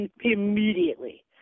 immediately